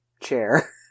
chair